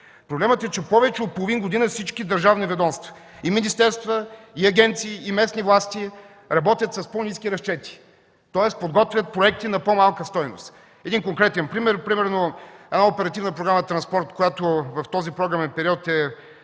Проблемът е, че повече от половин година всички държавни ведомства – министерства, агенции и местни власти работят с по-ниски разчети, тоест подготвят проекти на по-малка стойност. Един конкретен пример. Например Оперативната програма „Транспорт”, която в този програмен период е